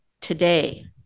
today